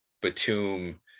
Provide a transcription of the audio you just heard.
Batum